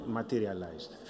materialized